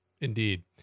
indeed